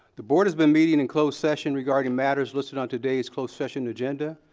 the board has been meeting in and closed session regarding matters listed on today's closed session agenda,